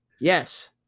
yes